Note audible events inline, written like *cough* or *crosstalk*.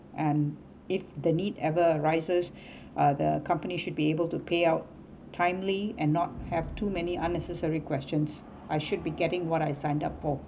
and if the need ever arises *breath* uh the companies should be able to payout timely and not have too many unnecessary questions I should be getting what I signed up for